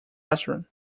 restaurant